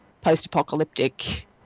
post-apocalyptic